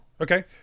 Okay